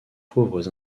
pauvres